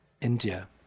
India